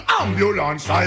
ambulance